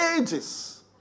ages